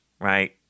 right